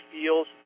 feels